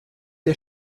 der